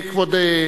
צרצור.